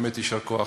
באמת יישר כוח.